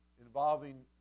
involving